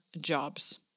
jobs